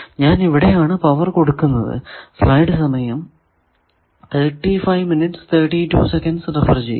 ഞാൻ ഇവിടെ ആണ് പവർ കൊടുക്കുന്നത്